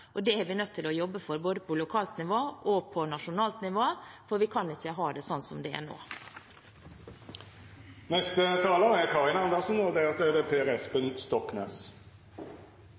Det er vi nødt til å jobbe for både på lokalt nivå og på nasjonalt nivå, for vi kan ikke ha det slik som det er nå. Nå er det flere som har vært oppe her og